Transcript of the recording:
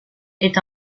est